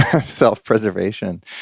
self-preservation